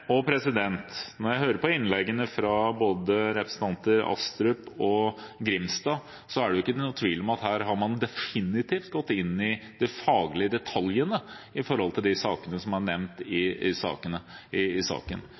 Når jeg hører på innleggene både fra representanten Astrup og fra representanten Grimstad, så er det jo ikke noen tvil om at her har man definitivt gått inn i de faglige detaljene med hensyn til de forhold som er nevnt i